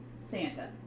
Santa